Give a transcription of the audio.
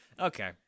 okay